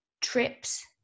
trips